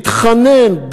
התחנן,